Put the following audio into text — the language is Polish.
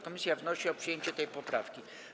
Komisja wnosi o przyjęcie tej poprawki.